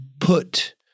put